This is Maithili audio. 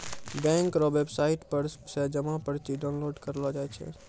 बैंक रो वेवसाईट पर से जमा पर्ची डाउनलोड करेलो जाय छै